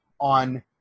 on